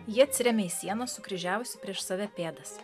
ji atsirėmė į sieną sukryžiavusi prieš save pėdas